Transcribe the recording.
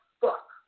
fuck